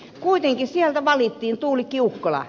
kuitenkin sieltä valittiin tuulikki ukkola